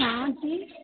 हाँ जी